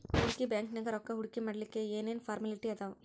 ಹೂಡ್ಕಿ ಬ್ಯಾಂಕ್ನ್ಯಾಗ್ ರೊಕ್ಕಾ ಹೂಡ್ಕಿಮಾಡ್ಲಿಕ್ಕೆ ಏನ್ ಏನ್ ಫಾರ್ಮ್ಯಲಿಟಿ ಅದಾವ?